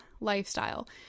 lifestyle